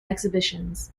exhibitions